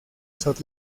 salt